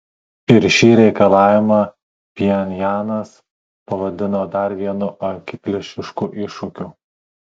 ir šį reikalavimą pchenjanas pavadino dar vienu akiplėšišku iššūkiu